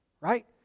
right